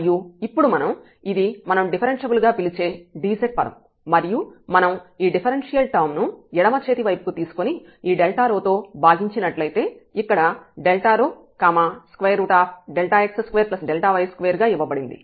మరియు ఇప్పుడు ఇది మనం డిఫరెన్షియల్ గా పిలిచే dz పదం మరియు మనం ఈ డిఫరెన్షియల్ టర్మ్ ను ఎడమ చేతి వైపు కు తీసుకొని ఈ ρ తో భాగించినట్లయితే ఇక్కడ ρ x2y2 గా ఇవ్వబడింది